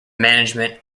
management